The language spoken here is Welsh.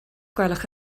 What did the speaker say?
gwelwch